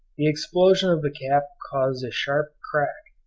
the explosion of the cap caused a sharp crack,